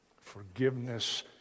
Forgiveness